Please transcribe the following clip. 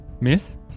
Miss